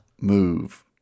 move